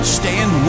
stand